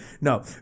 No